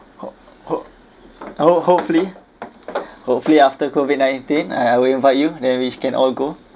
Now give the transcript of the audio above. ho~ ho~ oh hopefully hopefully after COVID nineteen uh I will invite you then we can all go